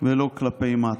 ולא כלפי מטה.